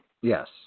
Yes